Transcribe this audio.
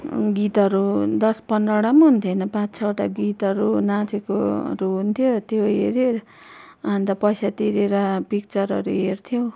गीतहरू दस पन्ध्रवटा पनि हुन्थेन पाँच छवटा गीतहरू नाचेकोहरू हुन्थ्यो त्यो हेर्यो अन्त पैसा तिरेर पिक्चरहरू हेर्थ्यौँ